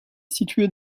située